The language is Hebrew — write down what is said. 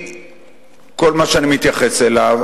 כל מה שאני מתייחס אליו,